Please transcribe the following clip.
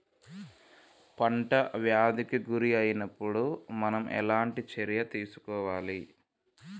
పంట వ్యాధి కి గురి అయినపుడు మనం ఎలాంటి చర్య తీసుకోవాలి?